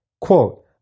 Quote